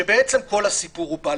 הבינו שבעצם כל הסיפור הוא בלפור.